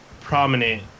prominent